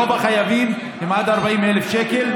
רוב החייבים חייבים עד 40,000 שקל,